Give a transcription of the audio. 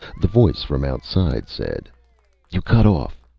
the voice from outside said you cut off.